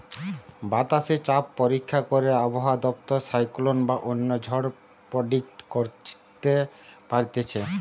বাতাসে চাপ পরীক্ষা করে আবহাওয়া দপ্তর সাইক্লোন বা অন্য ঝড় প্রেডিক্ট করতে পারতিছে